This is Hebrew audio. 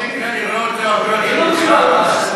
בכל מקרה, אני רואה אותו הרבה יותר מאשר אותך.